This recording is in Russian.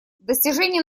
достижение